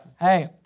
Hey